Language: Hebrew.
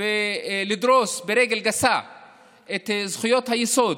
ולדרוס ברגל גסה את זכויות היסוד